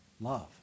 love